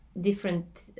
different